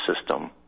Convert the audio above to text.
system